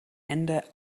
ende